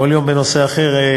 כל יום בנושא אחר.